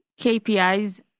kpis